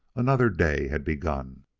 another day had begun.